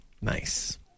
Nice